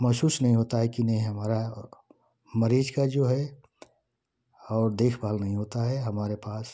महसूस नहीं होता है कि नहीं हमारा मरीज़ का जो है और देखभाल नहीं होता है हमारे पास